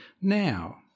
now